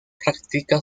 practica